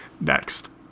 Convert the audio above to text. Next